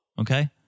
Okay